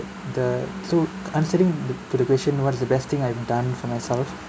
the so answering to the question what is the best thing I've done for myself